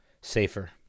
safer